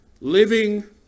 Living